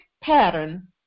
pattern